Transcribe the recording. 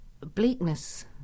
bleakness